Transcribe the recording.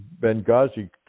Benghazi